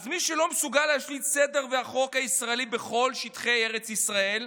אז מי שלא מסוגל להשליט סדר ואת החוק הישראלי בכל שטחי ארץ ישראל,